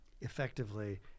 effectively